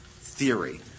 theory